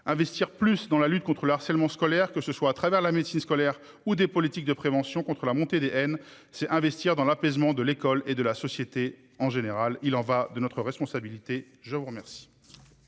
Investir plus dans la lutte contre le harcèlement scolaire, que ce soit à travers la médecine scolaire ou des politiques de prévention contre la montée des haines, c'est investir dans l'apaisement de l'école et de la société en général. Il en va de notre responsabilité. Je vous remercie.